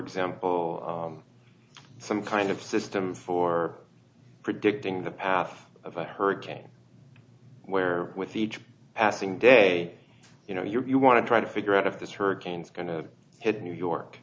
example some kind of system for predicting the path of a hurricane where with each passing day you know you want to try to figure out if this hurricanes going to hit new york